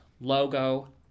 logo